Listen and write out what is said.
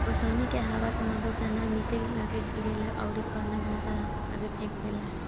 ओसौनी मे हवा के मदद से अनाज निचे लग्गे गिरेला अउरी कन्ना भूसा आगे फेंक देला